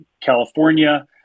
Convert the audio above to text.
California